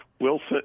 Wilson